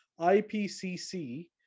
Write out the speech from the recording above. IPCC